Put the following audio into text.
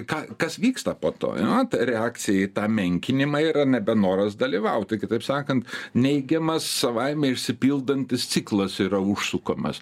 ką kas vyksta po to jo reakcija į tą menkinimą yra nebe noras dalyvauti kitaip sakant neigiamas savaime išsipildantis ciklas yra užsukamas